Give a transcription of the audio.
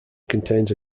contains